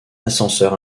ascenseur